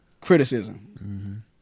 criticism